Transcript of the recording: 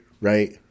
Right